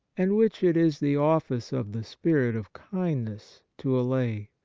and which it is the office of the spirit of kindness to allay.